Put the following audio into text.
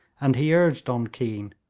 and he urged on keane,